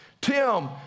Tim